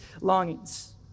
longings